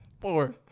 four